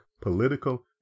political